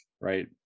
right